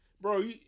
Bro